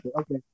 okay